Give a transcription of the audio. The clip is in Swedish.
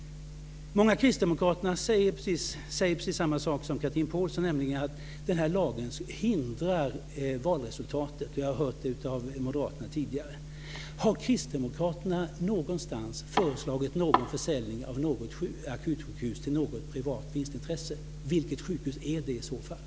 Många kristdemokrater säger precis samma sak som Chatrine Pålsson, nämligen att den här lagen är ett hinder när det gäller valresultatet - och jag har hört det av moderaterna tidigare. Har kristdemokraterna någonstans föreslagit någon försäljning av något akutsjukhus till någon som har ett privat vinstintresse? Vilket sjukhus är det i så fall?